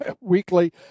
weekly